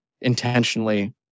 intentionally